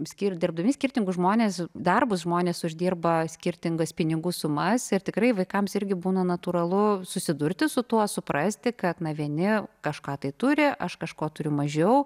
skirt dirbdami skirtingus žmonės darbus žmonės uždirba skirtingas pinigų sumas ir tikrai vaikams irgi būna natūralu susidurti su tuo suprasti kad na vieni kažką tai turi aš kažko turiu mažiau